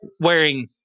wearing